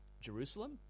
Jerusalem